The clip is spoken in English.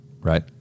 Right